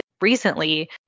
recently